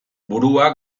burua